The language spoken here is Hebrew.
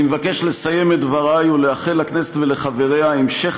אני מבקש לסיים את דברי ולאחל לכנסת ולחבריה המשך